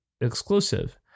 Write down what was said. exclusive